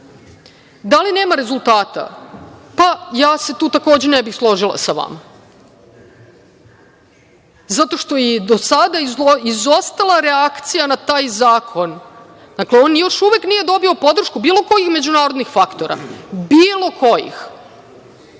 Da li nema rezultata? Pa, ja se tu takođe ne bih složila sa vama zato što je i do sada izostala reakcija na taj zakon. Dakle, on još uvek nije dobio podršku bilo kojih međunarodnih faktora, bilo kojih